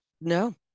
no